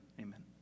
Amen